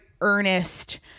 earnest